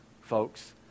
folks